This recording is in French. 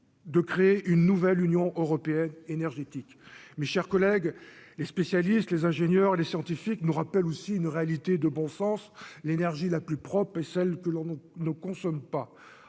de créer une nouvelle union européenne énergétique, mes chers collègues, les spécialistes, les ingénieurs, les scientifiques nous rappelle aussi une réalité de bon sens, l'énergie la plus propre et celle que l'on ne consomme pas